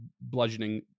bludgeoning